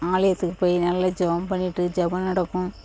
ஆலயத்துக்கு போய் நல்லா ஜெபம் பண்ணிட்டு ஜெபம் நடக்கும்